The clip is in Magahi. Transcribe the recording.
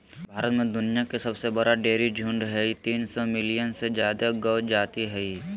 भारत में दुनिया के सबसे बड़ा डेयरी झुंड हई, तीन सौ मिलियन से जादे गौ जाती हई